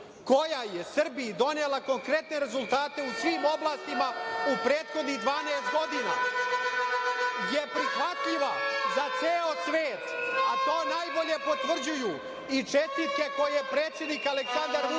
koja je Srbiji donela konkretne rezultate u svim oblastima u prethodnih dvanaest godina je prihvatljiva za ceo svet, a to najbolje potvrđuju i čestitke koje je predsednik Aleksandar Vučić